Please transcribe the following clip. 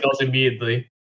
immediately